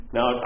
Now